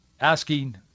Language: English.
asking